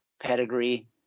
pedigree